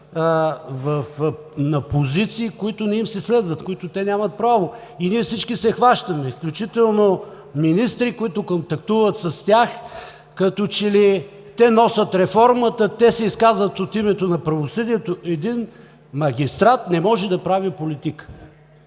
на позиции, които не им се следват, на които те нямат право и ние всички се хващаме, включително министри, които контактуват с тях, като че ли те носят реформата, те се изказват от името на правосъдието. Един магистрат не може да прави политика.